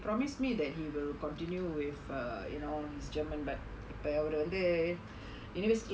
promise me that he will continue with uh you know his german back இப்பே வந்து ஒரு:ippo vanthu oru university